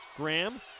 Graham